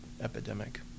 epidemic